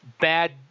bad